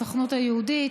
הסוכנות היהודית,